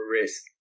risk